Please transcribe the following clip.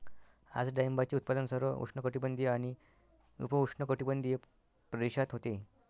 आज डाळिंबाचे उत्पादन सर्व उष्णकटिबंधीय आणि उपउष्णकटिबंधीय प्रदेशात होते